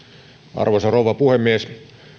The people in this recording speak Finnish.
arvoisa rouva puhemies